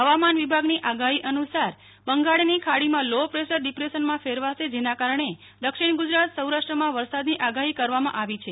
હવામાન વિભાગની આગાહી અનુસાર બંગાળની ખાડીમાં લો પ્રેશર ડિપ્રેશનમાં ફેરવાઈ જશે જેના કારણે દક્ષિણ ગુજરાતસૌરાષ્ટ્રમાં વરસાદની આગાહી કરવામાં આવી છે